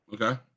Okay